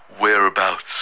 Whereabouts